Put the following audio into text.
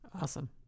Awesome